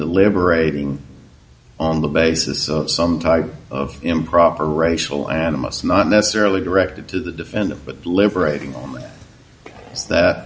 deliberating on the basis of some type of improper racial animus not necessarily directed to the defendant but liberating all as that